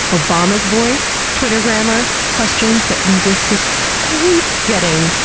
obama's voice, twitter grammar, questions that linguists hate getting,